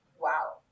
wow